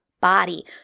body